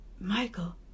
Michael